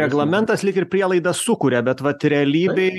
reglamentas lyg ir prielaidas sukuria bet vat realybėj